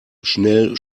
schnell